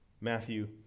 Matthew